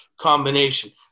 combination